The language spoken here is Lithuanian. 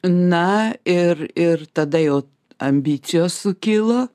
na ir ir tada jau ambicijos sukilo